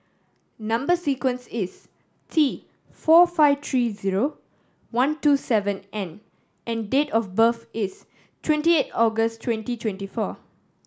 number sequence is T four five three zero one two seven N and date of birth is twenty eight August twenty twenty four